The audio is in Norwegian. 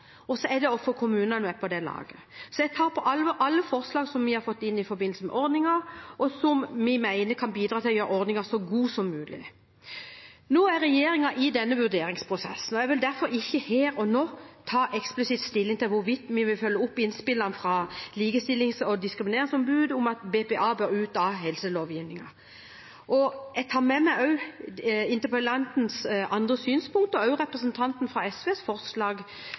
og så er det å få kommunene med på laget. Jeg tar på alvor alle forslag vi har fått inn i forbindelse med ordningen, og som vi mener kan bidra til å gjøre ordningen så god som mulig. Nå er regjeringen i denne vurderingsprosessen, og jeg vil derfor ikke her og nå ta eksplisitt stilling til hvorvidt vi vil følge opp innspillene fra Likestillings- og diskrimineringsombudet om at BPA bør ut av helselovgivningen. Jeg tar også med meg interpellantens andre synspunkter og også representanten fra SVs forslag,